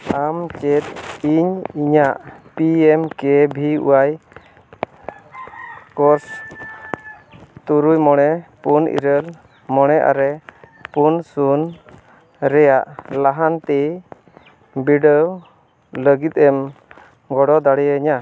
ᱟᱢ ᱪᱮᱫ ᱤᱧ ᱤᱧᱟᱹᱜ ᱯᱤ ᱮᱢ ᱠᱮ ᱵᱷᱤ ᱚᱣᱟᱭ ᱠᱳᱨᱥ ᱛᱩᱨᱩᱭ ᱢᱚᱬᱮ ᱯᱩᱱ ᱤᱨᱟᱹᱞ ᱢᱚᱬᱮ ᱟᱨᱮ ᱯᱩᱱ ᱥᱩᱱ ᱨᱮᱭᱟᱜ ᱞᱟᱦᱟᱱᱛᱤ ᱵᱤᱰᱟᱹᱣ ᱞᱟᱹᱜᱤᱫᱮᱢ ᱜᱚᱲᱚ ᱫᱟᱲᱮᱭᱤᱧᱟᱹ